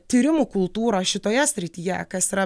tyrimų kultūrą šitoje srityje kas yra